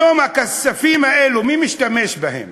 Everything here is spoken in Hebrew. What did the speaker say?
היום הכספים האלה, מי משתמש בהם?